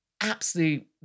absolute